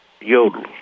yodel